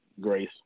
Grace